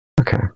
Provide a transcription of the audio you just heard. Okay